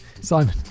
Simon